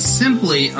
simply